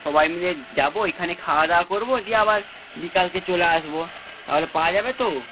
সবাই মিলে যাব ওইখানে খাওয়া দাওয়া করব দিয়ে আবার বিকালে চলে আসব তাহলে পাওয়া যাবে তো